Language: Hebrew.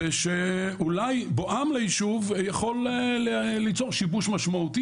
ושאולי בואם ליישוב יכול לייצר שיבוש משמעותי